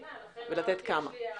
אני מבינה, לכן אמרתי שיש לי הערות.